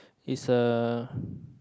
is uh